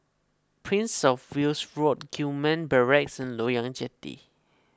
Prince of Wales Road Gillman Barracks and Loyang Jetty